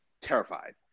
terrified